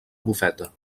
bufeta